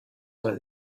about